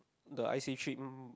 the eye seek treatment